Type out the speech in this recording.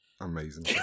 Amazing